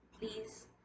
please